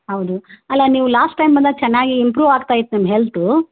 ಹೌದು ಅಲ್ಲ ನೀವು ಲಾಸ್ಟ್ ಟೈಮ್ ಬಂದಾಗ ಚೆನ್ನಾಗಿ ಇಂಪ್ರೂವ್ ಆಗ್ತಾಯಿತ್ತು ನಿಮ್ಮ ಹೆಲ್ತು